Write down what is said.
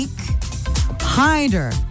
hider